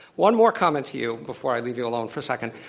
one more comment to you before i leave you alone for a second,